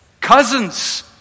Cousins